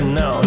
no